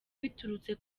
biturutse